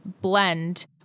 Blend